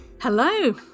Hello